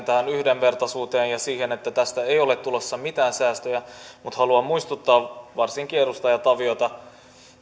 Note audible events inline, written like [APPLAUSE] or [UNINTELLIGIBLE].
[UNINTELLIGIBLE] tähän yhdenvertaisuuteen ja siihen että tästä ei ole tulossa mitään säästöjä mutta haluan muistuttaa varsinkin edustaja taviota